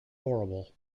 horrible